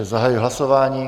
Zahajuji hlasování.